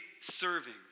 serving